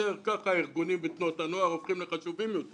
כך הארגונים ותנועות הנוער הופכים לחשובים יותר